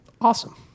Awesome